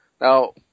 Now